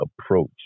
approach